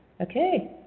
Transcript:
Okay